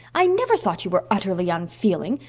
i never thought you were utterly unfeeling.